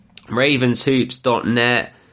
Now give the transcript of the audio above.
ravenshoops.net